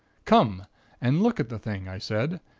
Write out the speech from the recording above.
come and look at the thing, i said,